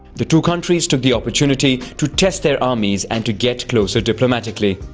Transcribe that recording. the two countries took the opportunity to test their armies and to get closer diplomatically.